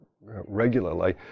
regularly